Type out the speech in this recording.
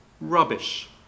rubbish